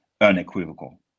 unequivocal